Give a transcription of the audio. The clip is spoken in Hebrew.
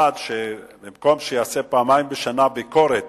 ובמקום שיעשה פעמיים בשנה ביקורת